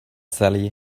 sally